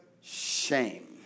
shame